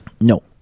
No